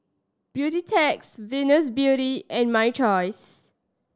Beautex Venus Beauty and My Choice